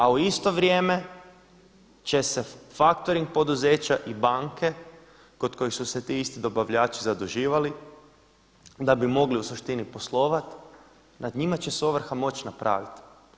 A u isto vrijeme će se faktoring poduzeća i banke kod kojih su se ti isti dobavljači zaduživali da bi mogli u suštini poslovati nad njima će se ovrha moći napraviti.